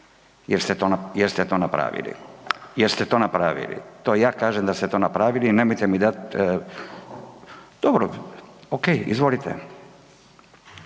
jer ste to napravili, jer ste to napravili. To ja kažem da ste to napravili i nemojte mi dati, dobro, ok, izvolite.